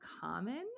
common